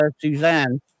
Suzanne